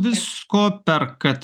visko perkat